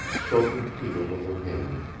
stroking peter with her hand,